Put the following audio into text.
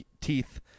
Teeth